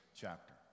chapter